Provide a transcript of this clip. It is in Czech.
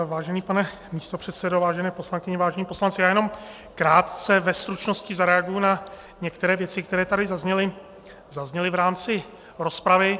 Vážený pane místopředsedo, vážené poslankyně, vážení poslanci, já jenom krátce ve stručnosti zareaguji na některé věci, které tady zazněly v rámci rozpravy.